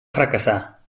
fracassar